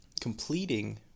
completing